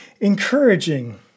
encouraging